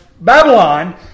Babylon